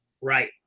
Right